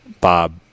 Bob